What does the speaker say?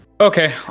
Okay